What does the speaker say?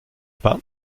pas